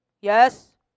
Yes